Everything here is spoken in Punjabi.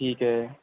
ਠੀਕ ਹੈ